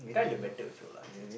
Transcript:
kind of better also lah